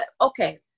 Okay